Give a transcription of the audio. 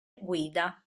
guida